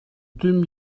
deux